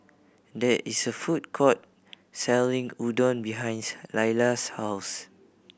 there is a food court selling Udon behinds Lilia's house